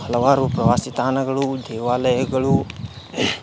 ಹಲವಾರು ಪ್ರವಾಸಿ ತಾಣಗಳು ದೇವಾಲಯಗಳು